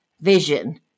vision